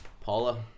Paula